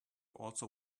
also